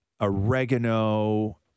oregano